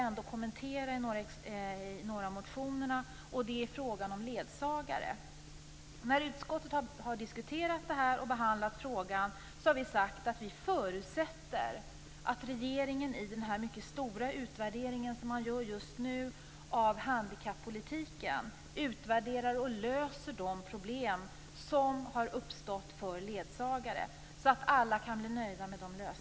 När det gäller några av motionerna vill jag kommentera frågan om ledsagare. När vi i utskottet har diskuterat och behandlat frågan har vi sagt att vi förutsätter att regeringen i den mycket stora utvärdering av handikappolitiken som man gör just nu utvärderar och löser de problem som har uppstått för ledsagare så att alla kan bli nöjda.